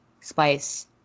spice